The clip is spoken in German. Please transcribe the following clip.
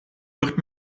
wird